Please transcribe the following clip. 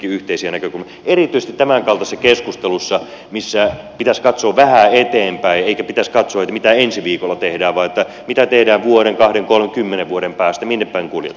erityisesti tämän kaltaisessa keskustelussa missä pitäisi katsoa vähän eteenpäin ei pitäisi katsoa mitä ensi viikolla tehdään vaan mitä tehdään vuoden kahden kymmenen vuoden päästä minne päin kuljetaan